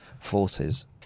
forces